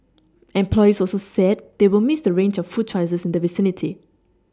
employees also said they will Miss the range of food choices in the vicinity